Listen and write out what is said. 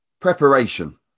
preparation